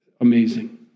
Amazing